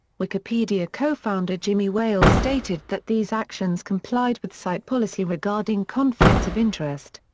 wikipedia co-founder jimmy wales stated that these actions complied with site policy regarding conflicts of interest.